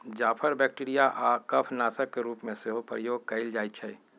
जाफर bacteria आऽ कफ नाशक के रूप में सेहो प्रयोग कएल जाइ छइ